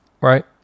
right